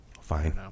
Fine